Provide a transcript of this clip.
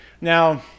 Now